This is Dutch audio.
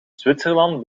zwitserland